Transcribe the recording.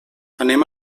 anem